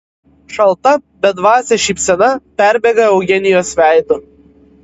šalta bedvasė šypsena perbėga eugenijos veidu